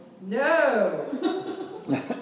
No